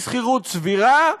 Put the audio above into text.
היא שכירות סבירה,